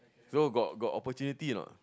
hello got got opportunity or not